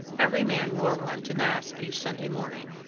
every man wore one to mass each sunday morning.